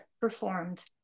performed